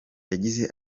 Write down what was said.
yagize